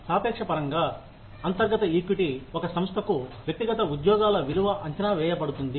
సాపేక్ష పరంగా అంతర్గత ఈక్విటీ ఒక సంస్థకు వ్యక్తిగత ఉద్యోగాల విలువ అంచనా వేయబడుతుంది